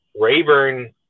Rayburn